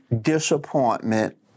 Disappointment